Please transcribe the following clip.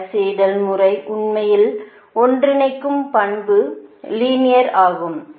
cos Seidel முறை உண்மையில் ஒன்றிணைக்கும் பண்பு லீனியர் ஆகும்